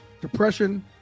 Depression